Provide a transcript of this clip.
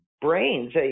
brains